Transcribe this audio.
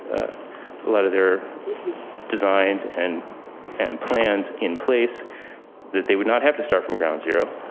lot of their designs and and plans in place that they would not have to start from ground zero.